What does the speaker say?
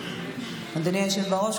אדוני היושב-ראש,